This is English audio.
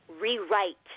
rewrite